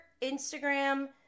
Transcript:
Instagram